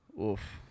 Oof